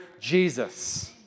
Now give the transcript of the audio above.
Jesus